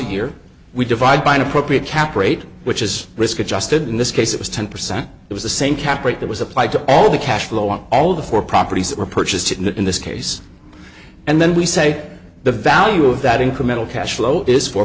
here we divide by an appropriate cap rate which is risk adjusted in this case it was ten percent it was the same cap rate that was applied to all the cash flow on all the four properties that were purchased and in this case and then we say the value of that incremental cash flow is four